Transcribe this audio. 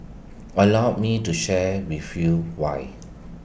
allow me to share with you why